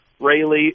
Rayleigh